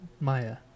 Maya